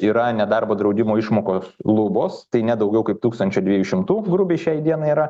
yra nedarbo draudimo išmokos lubos tai ne daugiau kaip tūkstančio dviejų šimtų grubiai šiai dienai yra